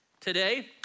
today